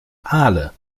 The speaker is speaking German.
aale